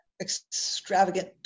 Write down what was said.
extravagant